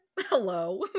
Hello